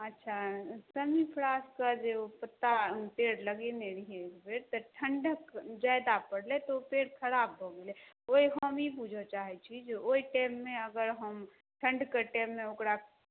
अच्छा ओ शमी प्रास कऽ जे ओ पत्ता पेड़ लगेने रहियै ओ पेड़ तऽ ठण्ढक जादा पड़लै तऽ ओ पेड़ खराब भऽ गेलै ओहि हम ई बुझऽ चाहैत छी जे ओहि पेड़मे अगर हम ठण्ढके टेममे ओकरा